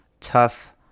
tough